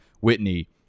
whitney